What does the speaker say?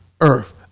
earth